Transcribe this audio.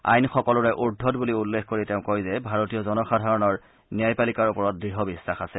আইন সকলোৰে উৰ্ধত বুলি উল্লেখ কৰি তেওঁ কয় যে ভাৰতীয় জনসাধাৰণৰ ন্যায়পালিকাৰ ওপৰত দঢ় বিখাস আছে